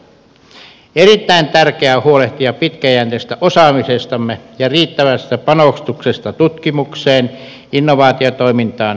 erittäin tärkeää on huolehtia pitkäjänteisesti osaamisestamme ja riittävästä panostuksesta tutkimukseen innovaatiotoimintaan ja kehittämiseen